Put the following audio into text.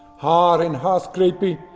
har inn hardgreipi,